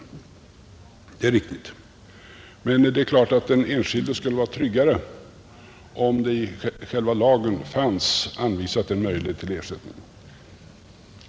Detta är riktigt, men det är klart att den enskilde skulle vara tryggare om i själva lagen fanns anvisad en möjlighet till ersättning.